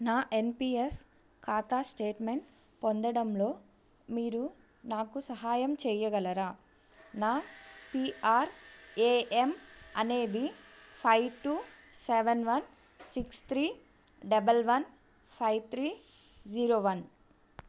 నా N P S ఖాతా statement పొందడంలో మీరు నాకు సహాయం చెయ్యగలరా నా పీ ఆర్ ఏ ఎమ్ అనేది five two seven one six three double one five three zero one